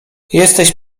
jesteś